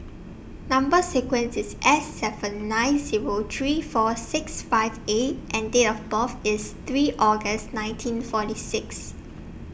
Number sequence IS S seven nine Zero three four six five A and Date of birth IS three August nineteen forty six